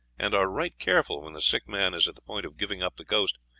and are right careful, when the sick man is at the point of giving up the ghost,